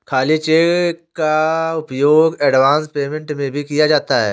खाली चेक का उपयोग एडवांस पेमेंट में भी किया जाता है